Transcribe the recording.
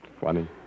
Funny